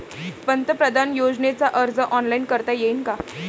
पंतप्रधान योजनेचा अर्ज ऑनलाईन करता येईन का?